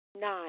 Nine